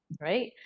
Right